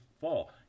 fall